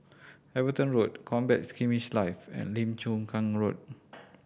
Everton Road Combat Skirmish Live and Lim Chu Kang Road